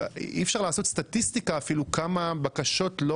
אי אפשר לעשות סטטיסטיקה אפילו כמה בקשות לא